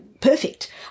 perfect